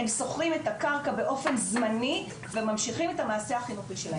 הם שוכרים את הקרקע באופן זמני וממשיכים את המעשה החינוכי שלהם,